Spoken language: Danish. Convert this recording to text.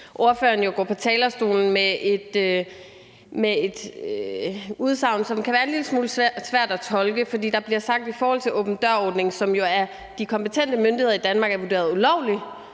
ordføreren går på talerstolen med et udsagn, som kan være en lille smule svært at tolke. Der bliver i forhold til åben dør-ordningen, som jo af de kompetente myndigheder i Danmark er vurderet ulovlig,